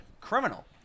criminal